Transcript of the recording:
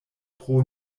pro